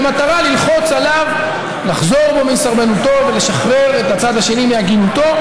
במטרה ללחוץ עליו לחזור בו מסרבנותו ולשחרר את הצד השני מעגינותו.